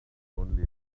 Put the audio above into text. only